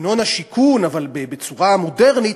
סגנון השיכון אבל בצורה מודרנית,